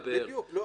בדיוק.